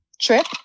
trip